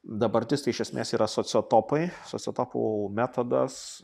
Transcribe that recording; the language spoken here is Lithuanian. dabartis tai iš esmės yra sociotopai sociotopų metodas